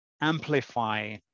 amplify